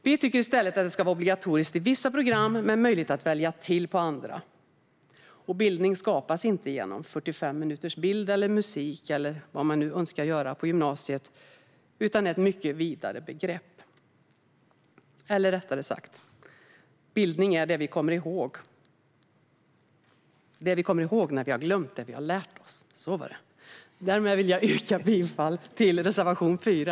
Vi tycker i stället att det ska vara obligatoriskt i vissa program men möjligt att välja till på andra. Bildning skapas inte genom 45 minuters bild eller musik på gymnasiet utan är ett mycket vidare begrepp. Eller rättare sagt: Bildning är det som vi kommer ihåg när vi har glömt vad vi har lärt oss. Därmed vill jag yrka bifall till reservation 4.